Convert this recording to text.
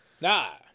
Nah